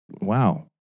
Wow